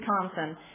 Wisconsin